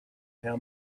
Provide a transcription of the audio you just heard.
how